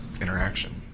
interaction